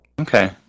Okay